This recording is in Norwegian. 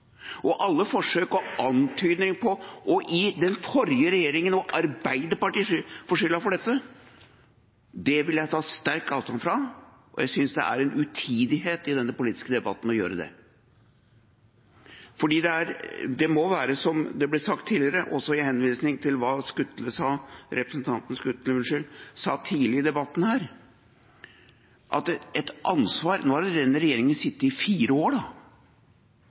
opp. Alle forsøk på og antydninger om å gi den forrige regjeringen og Arbeiderpartiet skylda for dette vil jeg ta sterk avstand fra, og jeg synes det er en utidighet i denne politiske debatten å gjøre det. For det må være slik som det ble sagt tidligere, også under henvisning til hva representanten Skutle sa tidlig i debatten her: Nå har denne regjeringen sittet i fire år